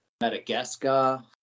Madagascar